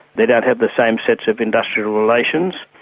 they don't have the same sense of industrial relations.